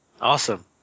Awesome